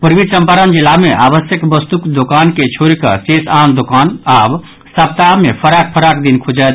पूर्वी चम्पारण जिला मे आवश्यक वस्तुक दोकान के छोड़ि कऽ शेष आन दोकान आब सप्ताह मे फराक फराक दिन खुजत